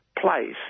place